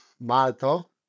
Malto